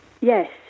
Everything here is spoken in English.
Yes